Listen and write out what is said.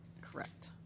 Correct